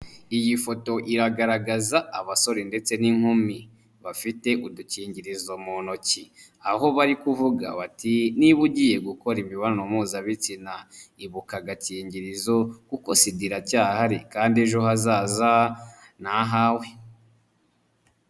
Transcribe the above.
Iyi foto iragaragaza abasore ndetse n'inkumi bafite udukingirizo mu ntoki aho bari kuvuga bati niba ugiye gukora imibonano mpuzabitsina ibuka agakingirizo kuko sida iracyahari kandi ejo hazaza ni ahawe.